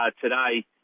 today